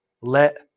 Let